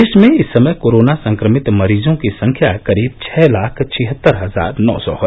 देश में इस समय कोरोना संक्रमित मरीजों की संख्या करीब छह लाख छिहत्तर हजार नौ सौ है